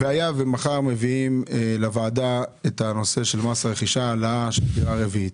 היה ומחר מביאים לוועדה את הנושא של מס רכישה והעלאה של הדירה הרביעית,